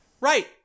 Right